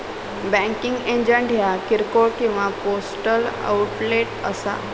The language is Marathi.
बँकिंग एजंट ह्या किरकोळ किंवा पोस्टल आउटलेट असा